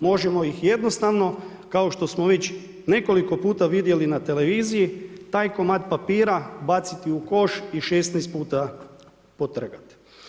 Možemo ih jednostavno, kao što smo već nekoliko puta vidjeli na televiziji taj komad papira baciti u koš i 16 puta potrgati.